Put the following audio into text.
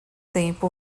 tempo